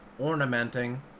ornamenting